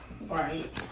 Right